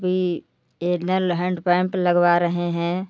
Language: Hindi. अभी ये नल हैंड पैम्प लगवा रहें हैं